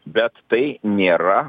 bet tai nėra